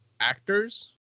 actors